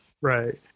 Right